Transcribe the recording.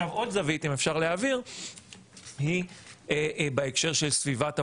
עוד זווית היא בהקשר של סביבת עבודה.